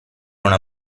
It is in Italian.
una